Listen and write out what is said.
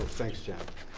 thanks jon.